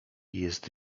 jest